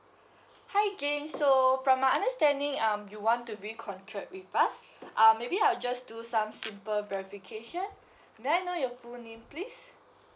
hi jane so from my understanding um you want to re contract with us uh maybe I'll just do some simple verification may I know your full name please